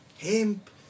Hemp